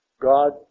God